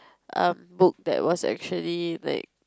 um book that was actually like